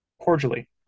Cordially